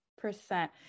percent